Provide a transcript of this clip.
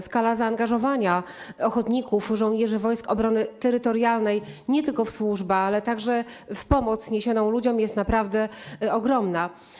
Skala zaangażowania ochotników, żołnierzy Wojsk Obrony Terytorialnej nie tylko w służbę, ale także w pomoc niesioną ludziom, jest naprawdę ogromna.